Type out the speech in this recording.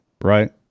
right